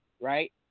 right